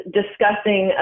discussing